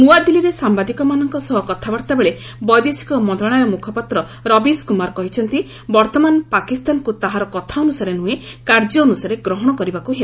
ନୂଆଦିଲ୍ଲୀରେ ସାମ୍ଭାଦିକମାନଙ୍କ ସହ କଥାବାର୍ତ୍ତା ବେଳେ ବୈଦେଶିକ ମନ୍ତ୍ରଣାଳୟ ମୁଖପାତ୍ର ରବିଶ କୁମାର କହିଛନ୍ତି ବର୍ତ୍ତମାନ ପାକିସ୍ତାନକୁ ତାହାର କଥା ଅନୁସାରେ ନୁହେଁ କାର୍ଯ୍ୟ ଅନୁସାରେ ଗ୍ରହଣ କରିବାକୁ ହେବ